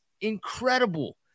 incredible